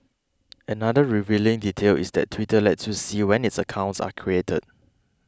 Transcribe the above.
another revealing detail is that Twitter lets you see when its accounts are created